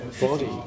Body